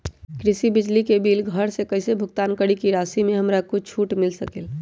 कृषि बिजली के बिल घर से कईसे भुगतान करी की राशि मे हमरा कुछ छूट मिल सकेले?